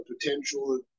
potential